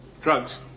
Drugs